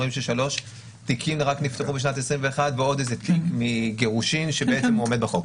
רואים ש-3 תיקים רק נפתחו בשנת 21 ועוד תיק מגירושין שבעצם עומד בחוק.